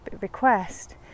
request